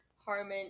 Harmon